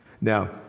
Now